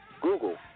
Google